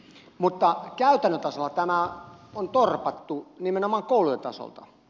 mutta käytännön tasolla tämä on torpattu nimenomaan koulujen tasolta